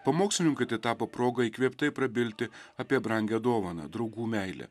pamokslininkui tai tapo proga įkvėptai prabilti apie brangią dovaną draugų meilę